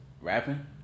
rapping